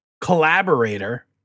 collaborator